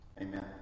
Amen